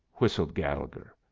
whistled gallegher,